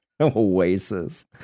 Oasis